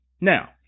Now